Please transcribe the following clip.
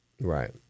Right